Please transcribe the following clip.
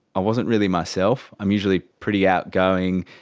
i wasn't really myself. i'm usually pretty outgoing,